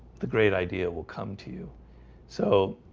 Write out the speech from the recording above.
the great idea will come to you so